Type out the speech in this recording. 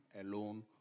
alone